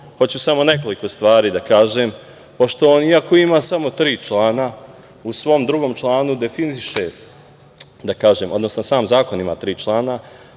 hoću samo nekoliko stvari da kažem, pošto on iako ima samo tri člana, u svom drugom članu definiše, da kažem, odnosno sam zakon ima tri člana,